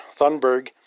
Thunberg